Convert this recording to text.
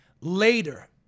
Later